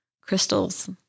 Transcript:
crystals